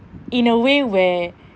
in a way where